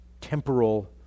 temporal